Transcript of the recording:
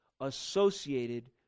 associated